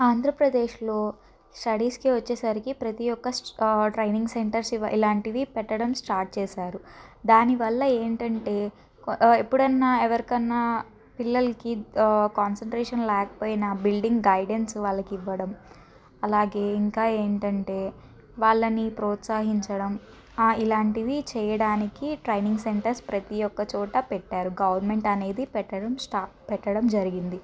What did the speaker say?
ఆంధ్రప్రదేశ్లో స్టడీస్కి వచ్చేసరికి ప్రతి ఒక్క ట్రైనింగ్ సెంటర్స్ ఇలాంటివి పెట్టడం స్టార్ట్ చేశారు దానివల్ల ఏంటంటే ఎప్పుడైనా ఎవరికన్నా పిల్లలకి కాన్సన్ట్రేషన్ లేకపోయినా బిల్డింగ్ గైడెన్స్ వాళ్ళకి ఇవ్వడం అలాగే ఇంకా ఏంటంటే వాళ్ళని ప్రోత్సహించడం ఇలాంటివి చేయడానికి ట్రైనింగ్ సెంటర్స్ ప్రతి ఒక్క చోట పెట్టారు గవర్నమెంట్ అనేది పెట్టడం స్టా పెట్టడం జరిగింది